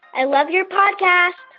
i love your podcast